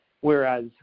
whereas